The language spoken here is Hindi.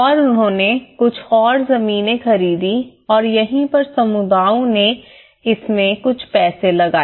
और उन्होंने कुछ और जमीनें खरीदीं और यहीं पर समुदायों ने इसमें कुछ पैसे लगाए